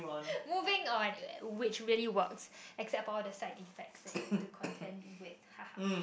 moving on which really works except for all the side effects that you have to content with